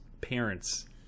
parents